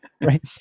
right